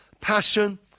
Passion